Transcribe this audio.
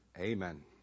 Amen